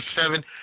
seven